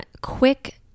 quick